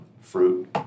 fruit